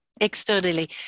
externally